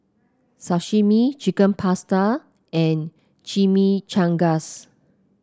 Sashimi Chicken Pasta and Chimichangas